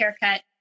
haircut